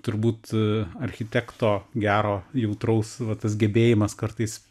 turbūt architekto gero jautraus va tas gebėjimas kartais